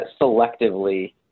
selectively